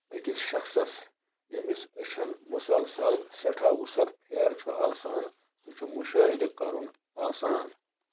ٲکِس شخصس یٔمِس أچھن مُسلسل سٮ۪ٹھاہ وُسعت پھیرٕ چھُ آسان سُہ چھُ مشٲہدٕ کَرُن آسان